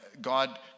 God